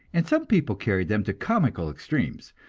and some people carried them to comical extremes.